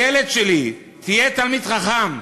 ילד שלי, תהיה תלמיד חכם,